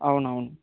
అవునవును